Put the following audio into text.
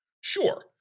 Sure